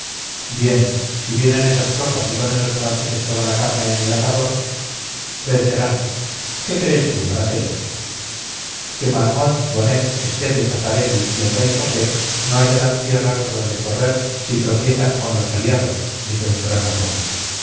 bien si vienen esas tropas y ponen los franceses toda la carne en el asador vencerán qué crees tú araceli que marmont bonnet esteve cafarelli y el rey josé no hallarán tierra por donde correr si tropiezan con los aliados dije con gran aplomo